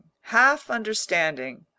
half-understanding